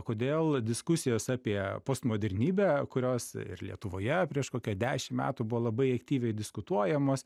kodėl diskusijos apie postmodernybę kurios ir lietuvoje prieš kokią dešim metų buvo labai aktyviai diskutuojamos